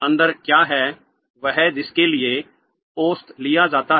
अंदर क्या है वह जिसके लिए औसत लिया जाता है